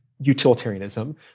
utilitarianism